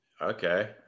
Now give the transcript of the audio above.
Okay